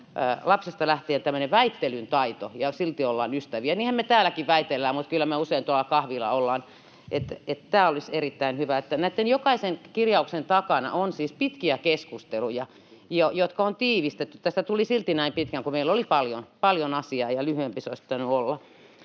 lapsesta lähtien, ja se, että silti ollaan ystäviä — niinhän me täälläkin väitellään, mutta kyllä me usein tuolla kahvilla ollaan. Tämä olisi erittäin hyvä. Näiden jokaisen kirjauksen takana on siis pitkiä keskusteluja, jotka on tiivistetty. Tästä tuli silti näin pitkä, kun meillä oli paljon asiaa, ja lyhyempi sen olisi pitänyt olla.